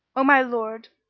o my lord,